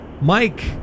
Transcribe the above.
mike